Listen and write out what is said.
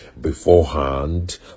beforehand